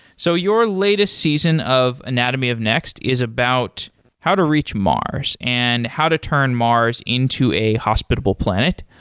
so your latest season of anatomy of next is about how to reach mars and how to turn mars into a hospitable planet.